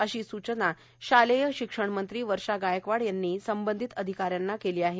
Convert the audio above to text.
अशी सूचना शालेय शिक्षणमंत्री वर्षा गायकवाड यांनी संबंधित अधिकाऱ्यांना केली आहे